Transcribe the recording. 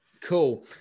Cool